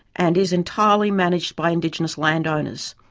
and is entirely managed by indigenous landowners.